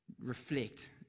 reflect